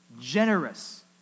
generous